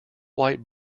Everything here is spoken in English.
white